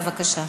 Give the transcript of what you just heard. בבקשה.